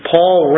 Paul